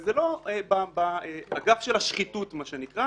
וזה לא באגף של השחיתות מה שנקרא,